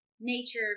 nature